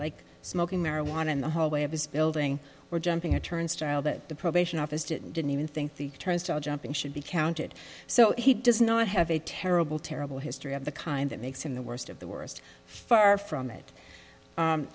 like smoking marijuana in the hallway of his building or jumping a turnstile that the probation office didn't didn't even think the turnstile jumping should be counted so he does not have a terrible terrible history of the kind that makes him the worst of the worst far from it